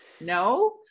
No